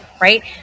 right